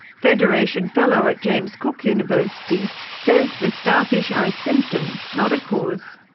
federation fellow at james cook university, says the starfish are a symptom, not a cause.